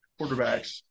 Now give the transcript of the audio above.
quarterbacks